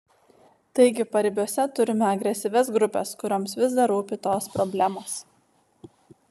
taigi paribiuose turime agresyvias grupes kurioms vis dar rūpi tos problemos